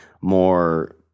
more